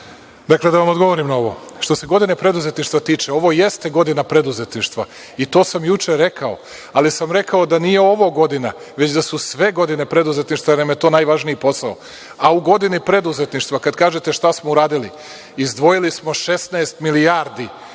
rekli. Dakle, da vam odgovorim na ovo. Što se „Godine preduzetništva“ tiče, ovo jeste „Godina preduzetništva“ i to sam juče rekao, ali sam rekao da nije ovo godina već da su sve godine preduzetništva jer nam je to najvažniji posao. A u „Godini preduzetništva“ kada kažete šta smo uradili, izdvojili smo 16 milijardi